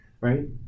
right